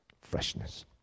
freshness